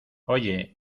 oye